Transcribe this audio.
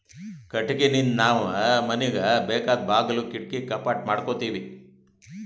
ಕಟ್ಟಿಗಿನಿಂದ್ ನಾವ್ ಮನಿಗ್ ಬೇಕಾದ್ ಬಾಗುಲ್ ಕಿಡಕಿ ಕಪಾಟ್ ಮಾಡಕೋತೀವಿ